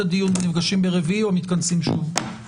הדיון ונפגשים ברביעי או מתכנסים שוב.